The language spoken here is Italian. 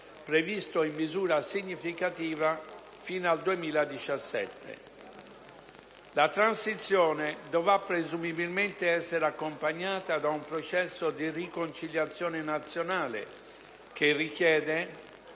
previsto in misura significativa fino al 2017. La transizione dovrà presumibilmente essere accompagnata da un processo di riconciliazione nazionale che richiede,